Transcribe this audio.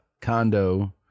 condo